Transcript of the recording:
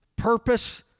Purpose